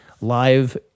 live